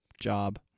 job